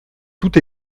tout